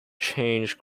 change